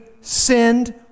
sinned